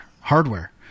hardware